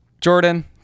Jordan